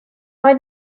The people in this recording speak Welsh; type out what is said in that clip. oedd